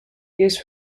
used